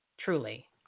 truly